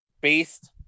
based